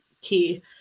key